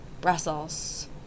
Brussels